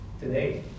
today